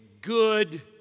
good